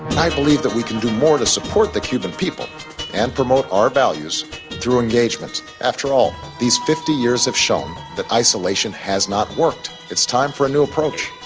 i believe that we can do more to support the cuban people and promote our values through engagement. after all, these fifty years have shown that isolation has not worked. it's time for a new approach.